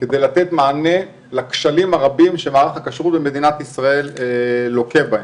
כדי לתת מענה לכשלים הרבים שמערך הכשרות במדינת ישראל לוקה בהם.